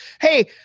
Hey